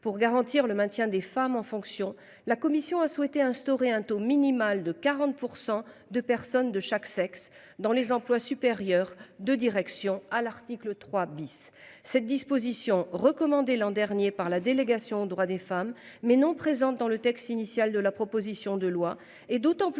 pour garantir le maintien des femmes en fonction. La commission a souhaité instaurer un taux minimal de 40% de personnes de chaque sexe dans les emplois supérieurs de direction à l'article 3 bis cette disposition recommandé l'an dernier par la délégation aux droits des femmes. Mais non présentes dans le texte initial de la proposition de loi est d'autant plus